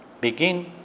begin